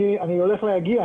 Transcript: אני מגיע.